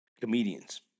Comedians